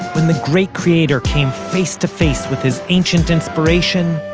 when the great creator came face to face with his ancient inspiration,